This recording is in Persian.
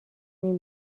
این